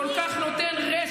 כל כך טוב,